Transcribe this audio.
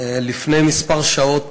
לפני כמה שעות